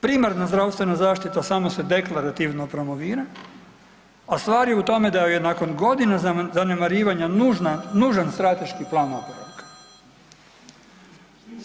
Primarna zdravstvena zaštita samo se deklarativno promovira, a stvar je u tome da joj je nakon godina zanemarivanja nužan strateški plan oporavka.